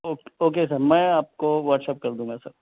okay okay sir میں آپ کو واٹس ایپ کر دوں گا سر